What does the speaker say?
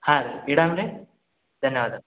ಹಾಂ ರೀ ಇಡಣ ರೀ ಧನ್ಯವಾದ